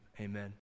amen